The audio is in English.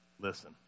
listen